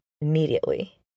immediately